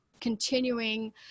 continuing